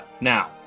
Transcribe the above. Now